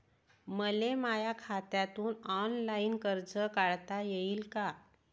मले माया खात्यातून ऑनलाईन कर्ज काढता येईन का?